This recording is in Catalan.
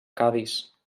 cadis